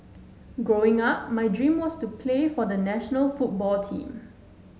Growing Up my dream was to play for the national football team